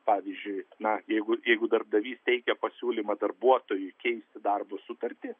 pavyzdžiui na jeigu jeigu darbdavys teikia pasiūlymą darbuotojui keisti darbo sutartį